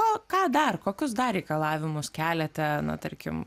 o ką dar kokius dar reikalavimus keliate na tarkim